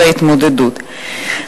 על ההתמודדות.